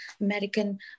American